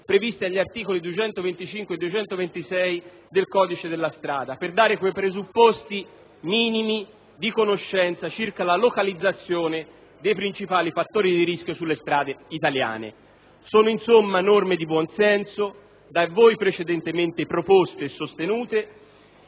previsto dagli articoli 225 e 226 del codice della strada, per dare quei presupposti minimi di conoscenza circa la localizzazione dei principali fattori di rischio sulle strade italiane. Si tratta, insomma, di norme di buon senso da voi precedentemente proposte e sostenute